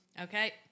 Okay